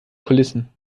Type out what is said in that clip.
kulissen